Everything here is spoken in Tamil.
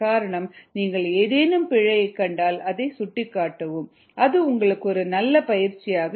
காரணம் நீங்கள் ஏதேனும் பிழையைக் கண்டால் அதை சுட்டிக்காட்டவும் அது உங்களுக்கு ஒரு நல்ல பயிற்சியாக இருக்கும்